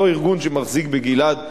אותו ארגון שמחזיק בגלעד שליט,